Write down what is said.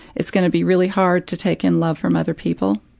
it's going to be really hard to take in love from other people,